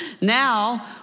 Now